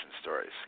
stories